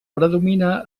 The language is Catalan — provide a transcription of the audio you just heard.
predomina